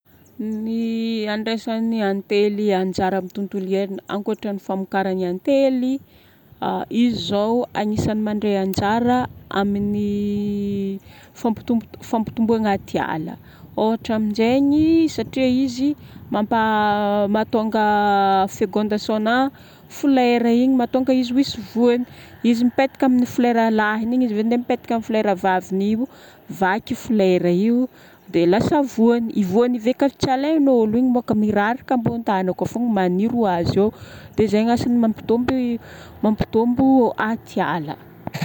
Ny andraisan'ny antely anjara amin'ny tontolo iaignana ankoatra famokarany antely. Izy izao agnisan'ny mandray anjara amin'ny fampitombo- fampitomboana atiala. Ohatra amin'izegny satria izy mampa mahatonga fécondation-na flera igny, mahatonga azy ho isy voany. Izy mipetaka amin'ny flera lahiny, izy ave indray mipetaka amin'ny flera vaviny io, vaky i flera io dia lasa voany. Io voany io ave kafa tsy alaign'olo igny no miraraka ambonin'ny tany akeo fogna, magniry ho azy eo. Dia izay no asany, mampitomby- mampitombo atiala.